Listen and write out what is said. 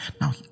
Now